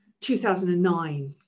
2009